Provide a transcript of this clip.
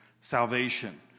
salvation